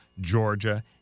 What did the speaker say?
Georgia